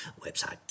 website